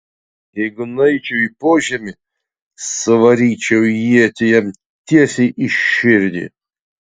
jeigu nueičiau į požemį suvaryčiau ietį jam tiesiai į širdį